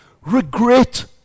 regret